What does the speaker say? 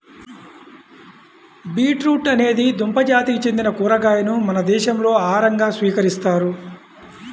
beetroot అనేది దుంప జాతికి చెందిన కూరగాయను మన దేశంలో ఆహారంగా స్వీకరిస్తారు